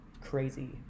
crazy